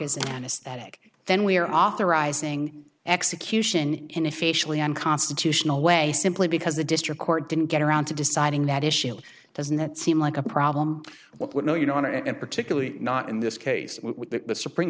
as an anesthetic then we are authorizing execution in a facially unconstitutional way simply because the district court didn't get around to deciding that issue doesn't that seem like a problem what will you know on it and particularly not in this case the supreme